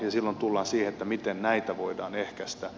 silloin tullaan siihen miten näitä voidaan ehkäistä